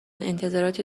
انتظاراتی